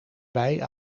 bij